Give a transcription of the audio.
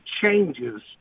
changes